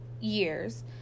years